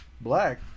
Black